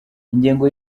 ingengo